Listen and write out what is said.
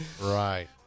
Right